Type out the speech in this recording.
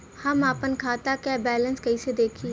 हम आपन खाता क बैलेंस कईसे देखी?